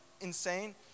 insane